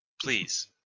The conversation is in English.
Please